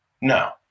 No